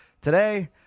Today